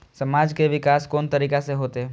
समाज के विकास कोन तरीका से होते?